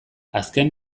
azken